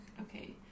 okay